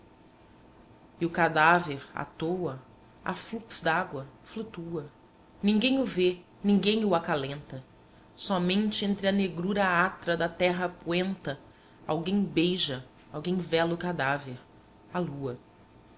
e o cadáver a toa a flux dágua flutua ninguém o vê ninguém o acalenta o acalenta somente entre a negrura atra da terra poenta alguém beija alguém vela o cadáver a lua